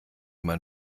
mein